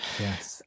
Yes